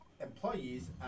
employees